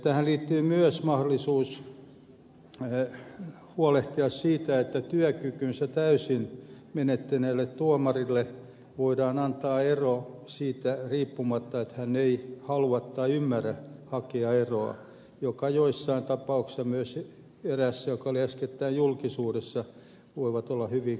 tähän liittyy myös mahdollisuus huolehtia siitä että työkykynsä täysin menettäneelle tuomarille voidaan antaa ero siitä riippumatta että hän ei halua tai ymmärrä hakea eroa ja tämä joissain tapauksissa myös eräässä joka oli äskettäin julkisuudessa voi olla hyvinkin tärkeää